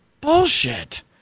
Bullshit